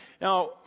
Now